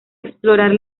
explorar